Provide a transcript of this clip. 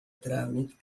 tràmit